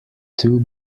two